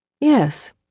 Yes